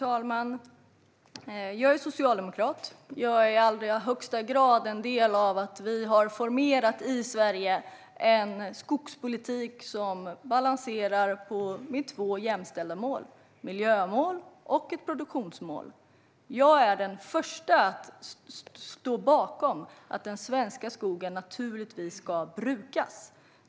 Fru talman! Jag är socialdemokrat och i allra högsta grad del av att vi i Sverige har format en skogspolitik som balanserar på två jämställda mål - miljömål och produktionsmål. Jag är den första att stå bakom att den svenska skogen ska brukas.